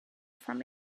from